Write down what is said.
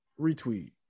retweet